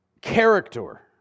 character